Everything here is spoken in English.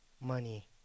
money